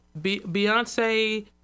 Beyonce